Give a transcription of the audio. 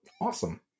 awesome